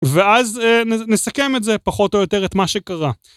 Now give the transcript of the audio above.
ואז נסכם את זה, פחות או יותר, את מה שקרה.